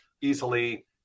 easily